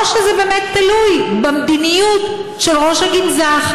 או שזה באמת תלוי במדיניות של ראש הגנזך?